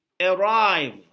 arrive